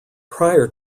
prior